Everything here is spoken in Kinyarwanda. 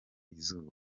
izuba